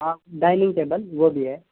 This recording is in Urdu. ہاں ڈائننگ ٹیبل وہ بھی ہے